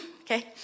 Okay